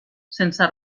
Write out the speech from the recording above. sense